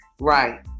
right